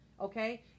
okay